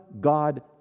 God